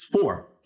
four